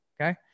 Okay